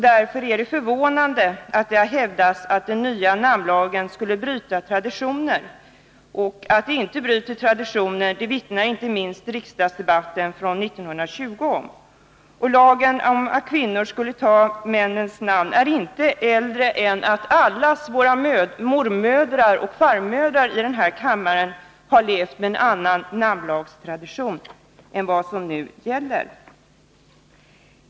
Därför är det förvånande att det har hävdats att den nya namnlagen skulle bryta traditioner. Att vi inte bryter några traditioner vittnar inte minst riksdagsdebatten från 1920 om. Lagen om att kvinnor skulle ta männens namn är inte äldre än att mormödrarna och farmödrarna till ossi denna kammare harlevt med en annan namnlagstradition än den som nu gäller.